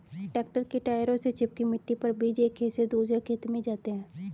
tractor के टायरों से चिपकी मिट्टी पर बीज एक खेत से दूसरे खेत में जाते है